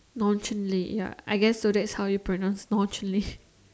nonchalant ya I guess so that's how you pronounce nonchalant